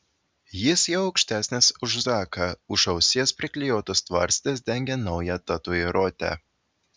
jis jau aukštesnis už zaką už ausies priklijuotas tvarstis dengia naują tatuiruotę